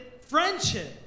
friendship